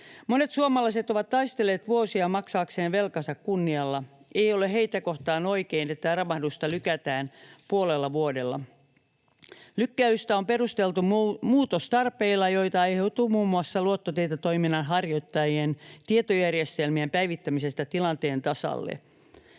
Monet suomalaiset ovat taistelleet vuosia maksaakseen velkansa kunnialla, eikä ole heitä kohtaan oikein, että armahdusta lykätään puolella vuodella. Lykkäystä on perusteltu muutostarpeilla, joita aiheutuu muun muassa luottotietotoiminnan harjoittajien tietojärjestelmien päivittämisestä tilanteen tasalle.